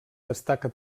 destaca